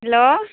hello